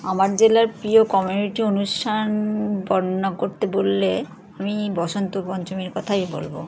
আমার জেলার প্রিয় কমিউনিটি অনুষ্ঠান বর্ণনা করতে বললে আমি বসন্ত পঞ্চমীর কথাই বলব